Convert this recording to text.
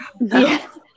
Yes